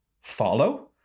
follow